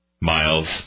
miles